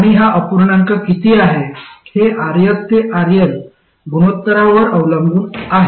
आणि हा अपूर्णांक किती आहे हे RS ते RL गुणोत्तरांवर अवलंबून आहे